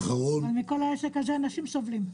מכל העסק הזה אנשים סובלים.